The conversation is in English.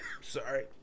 sorry